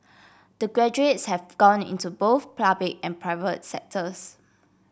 the graduates have gone into both public and private sectors